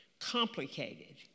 complicated